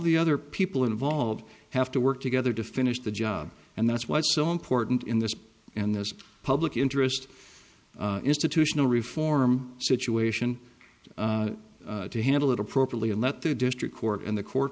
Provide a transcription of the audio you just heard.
the other people involved have to work together to finish the job and that's why it's so important in this and this public interest institutional reform situation to handle it appropriately and let the district court and the court